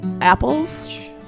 apples